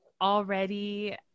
already